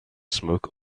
smoke